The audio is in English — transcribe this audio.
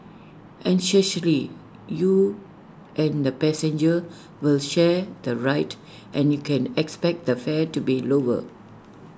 essentially you and the passenger will share the ride and you can expect the fare to be lower